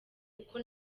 kuko